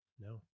No